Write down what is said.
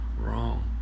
wrong